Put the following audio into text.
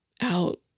out